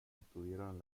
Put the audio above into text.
estudiaron